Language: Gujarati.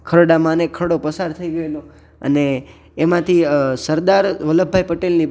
ખરડામાં અને એ ખરડો પસાર થઈ ગયેલો અને એમાંથી સરદાર વલ્લભભાઈ પટેલની